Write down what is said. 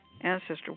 ancestor